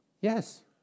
Yes